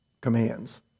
commands